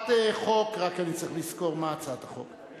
אני רק צריך לזכור מה הצעת החוק,